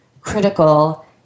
critical